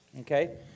okay